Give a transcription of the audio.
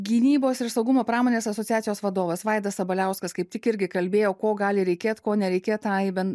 gynybos ir saugumo pramonės asociacijos vadovas vaidas sabaliauskas kaip tik irgi kalbėjo ko gali reikėt ko nereikėt tai bent